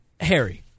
Harry